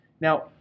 Now